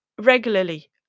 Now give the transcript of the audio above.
regularly